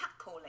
Catcalling